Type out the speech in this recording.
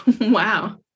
Wow